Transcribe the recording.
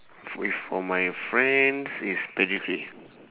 with for my friends it's pedigree